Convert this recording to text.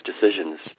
decisions